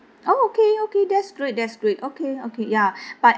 oh okay okay that's great that's great okay okay ya but